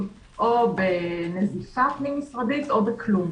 או בנזיפה פנים משרדית או בכלום.